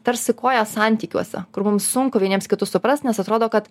tarsi koją santykiuose kur mums sunku vieniems kitus suprast nes atrodo kad